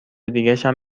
دیگشم